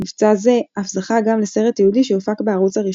מבצע זה אף זכה גם לסרט תיעודי שהופק בערוץ הראשון.